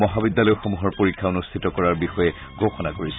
মহাবিদ্যালয়মূহৰ পৰীক্ষা অনুষ্ঠিত কৰাৰ বিষয়ে ঘোষণা কৰিছে